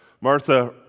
Martha